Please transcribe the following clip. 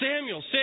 Samuel